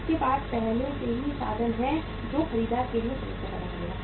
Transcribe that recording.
इसके पास पहले से ही साधन है जो खरीदार के लिए भी समस्या पैदा करता है